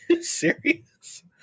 Serious